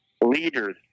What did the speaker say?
leaders